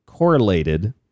correlated